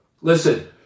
Listen